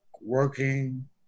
working